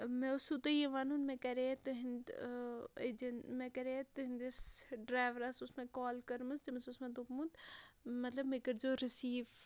مےٚ اوسوٗ تۄہہِ یہِ وَنُن مےٚ کَرے تٕہٕنٛدۍ مےٚ کَرے تُہٕنٛدِس ڈرٛایورَس اوس مےٚ کال کٔرمٕژ تٔمِس اوس مےٚ دوٚپمُت مطلب مےٚ کٔرۍزیو رِسیٖو